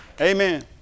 Amen